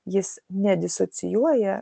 jis ne disocijuoja